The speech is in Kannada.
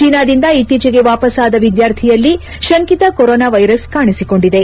ಚೀನಾದಿಂದ ಇತ್ತೀಚೆಗೆ ವಾಪಸ್ ಆದ ವಿದ್ನಾರ್ಥಿಯಲ್ಲಿ ಶಂಕಿತ ಕೊರೋನಾ ವ್ಲೆರಸ್ ಕಾಣಿಸಿಕೊಂಡಿದೆ